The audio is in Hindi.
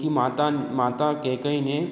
की माता माता कैकेयी ने